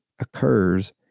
occurs